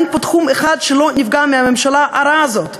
אין פה תחום אחד שלא נפגע מהממשלה הרעה הזאת.